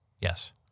Yes